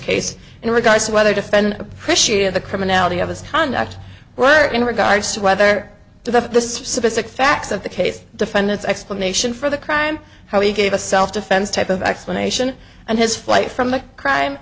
case in regards to whether defend appreciate the criminality of his conduct were in regards to whether the the specific facts of the case defendant's explanation for the crime how he gave a self defense type of explanation and his flight from the crime